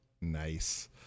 Nice